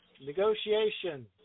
negotiation